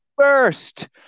First